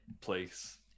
place